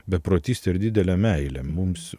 beprotyste ir didele meile mums